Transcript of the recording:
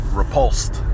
repulsed